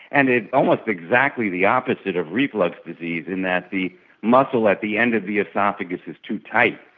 and it's almost exactly the opposite of reflux disease in that the muscle at the end of the oesophagus is too tight,